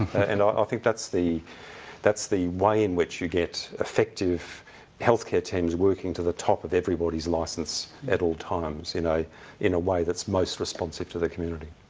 and i think that's the that's the way in which you get effective healthcare teams working to the top of everybody's licence at all times in a way that's most responsive to the community.